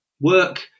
work